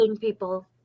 People